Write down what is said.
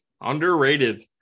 Underrated